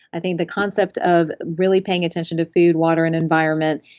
i think the concept of really paying attention to food, water, and environment,